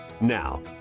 Now